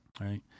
right